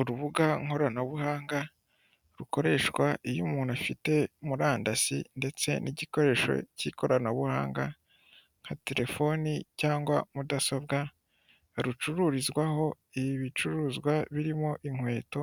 Urubuga nkoranabuhanga rukoreshwa iyo umuntu afite murandasi ndetse n'igikoresho cy'ikoranabuhanga nka telefoni cyangwa mudasobwa, rucururizwaho ibicuruzwa birimo inkweto,